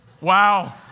Wow